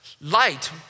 Light